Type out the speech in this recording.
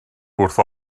wrth